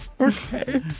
Okay